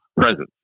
presence